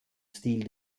stil